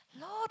Lord